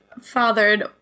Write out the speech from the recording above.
fathered